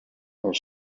are